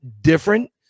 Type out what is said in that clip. different